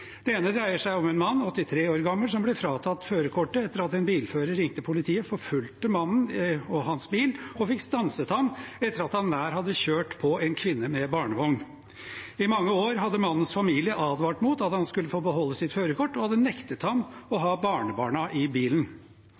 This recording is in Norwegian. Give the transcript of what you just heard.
Det ene dreier seg om en mann, 83 år gammel, som ble fratatt førerkortet etter at en bilfører ringte politiet, forfulgte mannen og hans bil og fikk stanset ham etter at han nær hadde kjørt på en kvinne med barnevogn. I mange år hadde mannens familie advart mot at han skulle få beholde sitt førerkort, og hadde nektet ham å ha barnebarna i bilen.